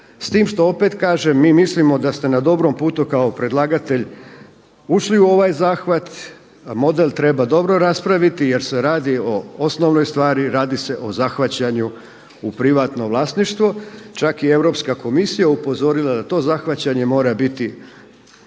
S time što opet kažem mi mislimo da ste na dobrom putu kao predlagatelj ušli u ovaj zahvat, model treba dobro raspraviti jer se radi o osnovnoj stvari, radi se o zahvaćanju u privatno vlasništvo. Čak je i Europska komisija upozorila da to zahvaćanje mora biti